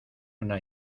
una